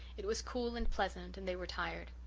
it was cool and pleasant and they were tired.